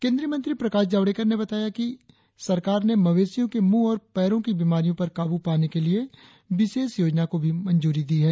केंद्रीय मंत्री प्रकाश जावडेकर ने बताया कि सरकार ने मवेशियों के मुंह और पैरों की बीमारियों पर काबू पाने के लिए विशेष योजना को भी मंजूरी दी है